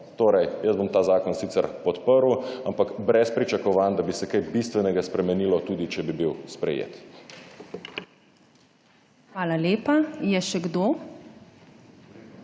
Torej, jaz bom ta zakon sicer podprl, ampak brez pričakovanj, da bi se kaj bistvenega spremenilo, tudi če bi bil sprejet. PREDSEDNICA MAG.